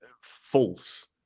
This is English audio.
false